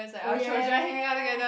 oh ya ya ya ya ya